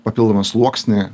papildomą sluoksnį